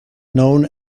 known